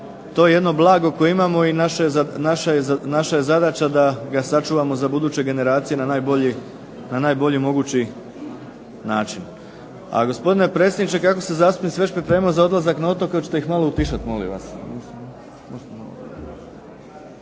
to jedno blago koje imamo, naša je zadaća da ga sačuvamo za buduće generacije na najbolji mogući način. A gospodine predsjedniče kako se zastupnici već pripremaju na otoke, hoćete li ih malo utišati molim vas.